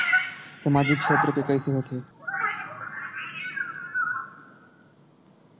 सामजिक क्षेत्र के कइसे होथे?